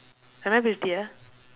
am I prettier